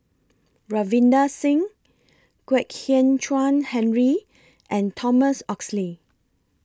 Ravinder Singh Kwek Hian Chuan Henry and Thomas Oxley